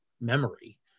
memory